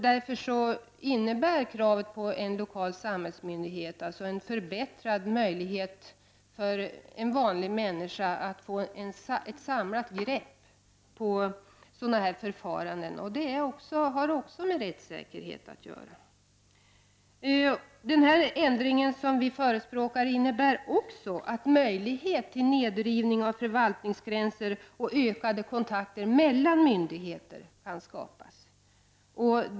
Därför innebär kravet på en lokal samhällsmyndighet en förbättring av möjligheterna för en vanlig människa att få ett samlat grepp på sådana här förfaranden. Också det har med rättssäkerhet att göra. Den här ändringen som vi i centern förespråkar innebär också att möjlighet till nedrivning av förvaltningsgränser och ökade kontakter mellan myndigheter kan skapas.